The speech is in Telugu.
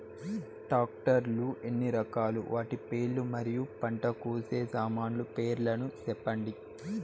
టాక్టర్ లు ఎన్ని రకాలు? వాటి పేర్లు మరియు పంట కోసే సామాన్లు పేర్లను సెప్పండి?